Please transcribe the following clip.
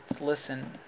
listen